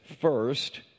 first